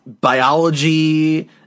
biology